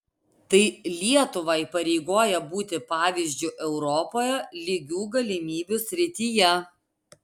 tai lietuvą įpareigoja būti pavyzdžiu europoje lygių galimybių srityje